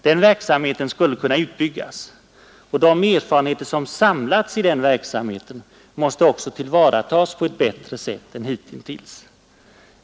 Den verksamheten skulle kunna utbyggas, och de erfarenheter som samlats i den verksamheten måste också tillvaratas på ett bättre sätt än hitintills.